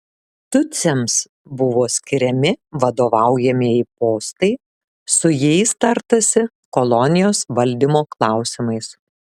tutsiams buvo skiriami vadovaujamieji postai su jais tartasi kolonijos valdymo klausimais